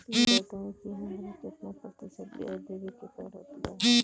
ई बताई की हमरा केतना प्रतिशत के ब्याज देवे के पड़त बा?